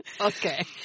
Okay